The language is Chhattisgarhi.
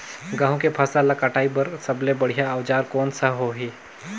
गहूं के फसल ला कटाई बार सबले बढ़िया औजार कोन सा होही?